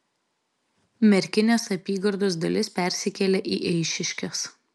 merkinės apygardos dalis persikėlė į eišiškes